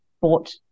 bought